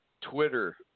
Twitter